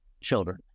children